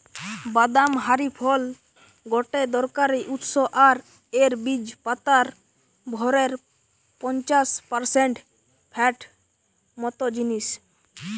বাদাম হারি ফল গটে দরকারি উৎস আর এর বীজ পাতার ভরের পঞ্চাশ পারসেন্ট ফ্যাট মত জিনিস